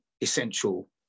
essential